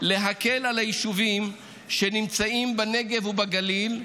להקל על היישובים שנמצאים בנגב ובגליל,